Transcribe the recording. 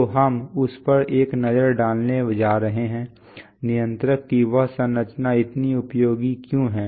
तो हम उस पर एक नजर डालने जा रहे हैं नियंत्रक की वह संरचना इतनी उपयोगी क्यों है